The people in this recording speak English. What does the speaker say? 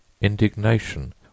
indignation